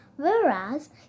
Whereas